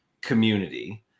community